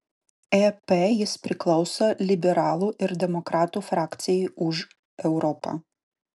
ep jis priklauso liberalų ir demokratų frakcijai už europą